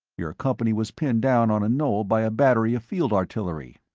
your company was pinned down on a knoll by a battery of field artillery.